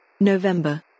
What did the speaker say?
November